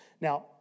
Now